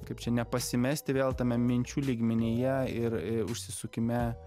kaip čia nepasimesti vėl tame minčių lygmenyje ir užsisukime